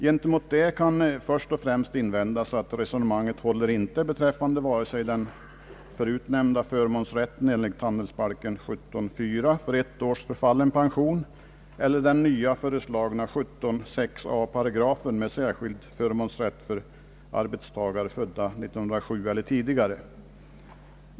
Gentemot detta kan först och främst invändas att resonemanget inte håller beträffande vare sig den förut nämnda förmånsrätten enligt handelsbalken 17:4 för ett års förfallen pension eller den nya föreslagna paragrafen 17:6 a med förmånsrätt för arbetstagare födda 1907 eller tidigare.